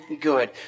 good